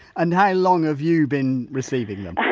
and how long have you been receiving them?